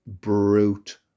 brute